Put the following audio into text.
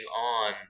on